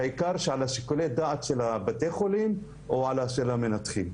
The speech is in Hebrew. בעיקר לגבי שיקול הדעת של בתי החולים ושל המנתחים.